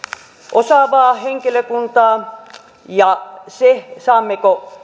osaavaa henkilökuntaa ja se saammeko